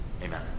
Amen